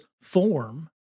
form